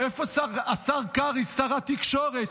השר קרעי, שר התקשורת,